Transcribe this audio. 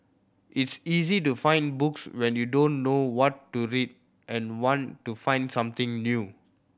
it's easy to find books when you don't know what to read and want to find something new